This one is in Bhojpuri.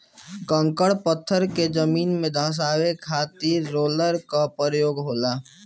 कंकड़ पत्थर के जमीन में धंसावे खातिर रोलर कअ उपयोग होला